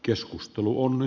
keskusteluun